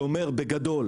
שאומר בגדול,